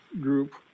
group